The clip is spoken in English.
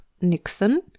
Nixon